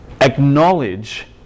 acknowledge